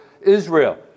Israel